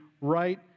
right